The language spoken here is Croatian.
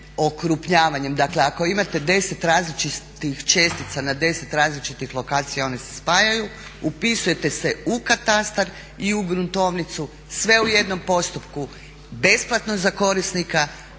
Dakle ako imate 10 različitih čestica na 10 različitih lokacija one se spajaju, upisujete se u katastar i u gruntovnicu sve u jednom postupku besplatno za korisnika